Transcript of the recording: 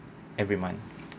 every month